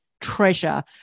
treasure